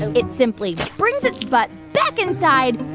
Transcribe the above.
and it simply brings its butt back inside,